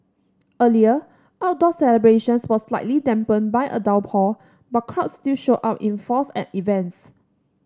earlier outdoor celebrations were slightly dampened by a downpour but crowds still showed up in force at events